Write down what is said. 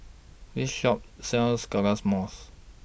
This Shop sells